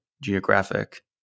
geographic